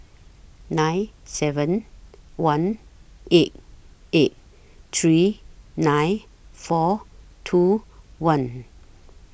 nine seven one eight eight three nine four two one